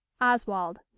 Oswald